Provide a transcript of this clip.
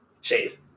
Shade